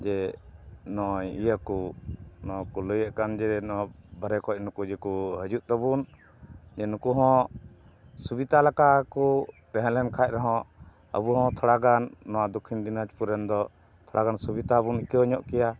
ᱡᱮ ᱱᱚᱜᱼᱚᱭ ᱤᱭᱟᱹ ᱠᱚ ᱱᱚᱣᱟ ᱠᱚ ᱞᱟᱹᱭᱮᱫ ᱠᱟᱱ ᱡᱮ ᱱᱚᱣᱟ ᱵᱟᱦᱨᱮ ᱠᱷᱚᱱ ᱱᱩᱠᱩ ᱡᱮᱠᱚ ᱦᱤᱡᱩᱜ ᱛᱟᱵᱚᱱ ᱡᱮ ᱱᱩᱠᱩ ᱦᱚᱸ ᱥᱩᱵᱤᱛᱟ ᱞᱮᱠᱟ ᱠᱚ ᱛᱟᱦᱮᱸ ᱞᱮᱱ ᱠᱷᱟᱱ ᱨᱮᱦᱚᱸ ᱟᱵᱚ ᱦᱚᱸ ᱛᱷᱚᱲᱟᱜᱟᱱ ᱱᱚᱣᱟ ᱫᱚᱠᱠᱷᱤᱱ ᱫᱤᱱᱟᱡᱽᱯᱩᱨ ᱨᱮᱱ ᱫᱚ ᱛᱷᱚᱲᱟ ᱜᱟᱱ ᱥᱩᱵᱤᱛᱟ ᱵᱚᱱ ᱟᱹᱭᱠᱟᱹᱣ ᱧᱚᱜ ᱠᱮᱭᱟ